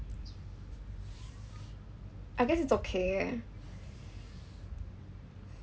I guess it's okay ah